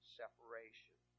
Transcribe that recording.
separation